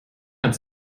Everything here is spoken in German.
hat